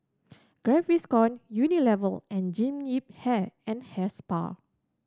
Gaviscon Unilever and Jean Yip Hair and Hair Spa